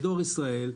בדואר ישראל,